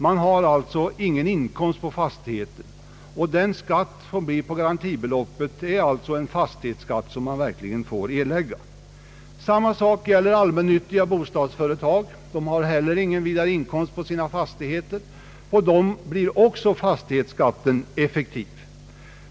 Man har alltså ingen inkomst på fastigheten, och den skatt som beräknas på garantibeloppet är följaktligen en fastighetsskatt som man verkligen får erlägga. Detsamma gäller allmännyttiga bostadsföretag som inte heller har några nämnvärda inkomster på sina fastigheter. Även för dessa blir fastighetsskatten effektiv.